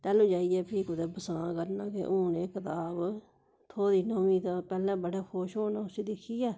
तेल्लू जाइयै फ्ही कुदै बसां करना के हून एह् कताब थ्होई नमीं तां पैह्ले बड़ा खुश होना उसी दिक्खियै